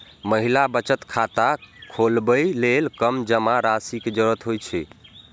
महिला बचत खाता खोलबै लेल कम जमा राशि के जरूरत होइ छै